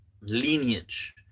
lineage